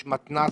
יש מתנ"סים,